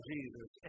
Jesus